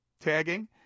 tagging